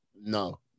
no